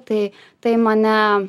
tai tai mane